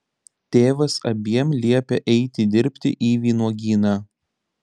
tėvas abiem liepia eiti dirbti į vynuogyną